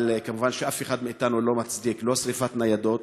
מובן שאף אחד מאתנו לא מצדיק לא שרפת ניידות